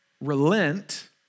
relent